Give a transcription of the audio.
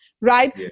right